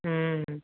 ம்